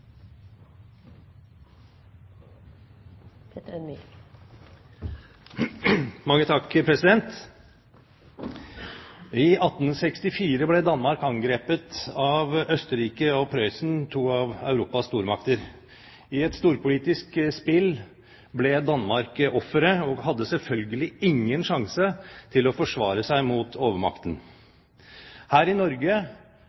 to av Europas stormakter. I et storpolitisk spill ble Danmark offeret og hadde selvfølgelig ingen sjanse til å forsvare seg mot